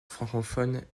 francophone